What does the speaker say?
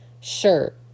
shirt